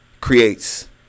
creates